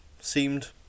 seemed